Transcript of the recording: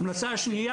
ההמלצה השנייה,